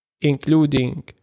including